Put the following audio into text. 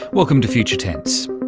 welcome to future tense.